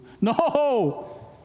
No